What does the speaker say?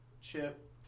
Chip